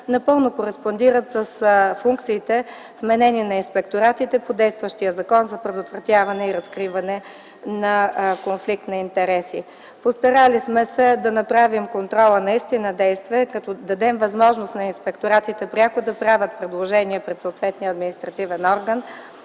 напълно кореспондират с функциите, вменени на инспекторатите по действащия Закон за предотвратяване и разкриване на конфликт на интереси. Постарали сме се наистина да направим контрола действен като дадем възможност на инспекторатите пряко да правят предложения пред съответния административен орган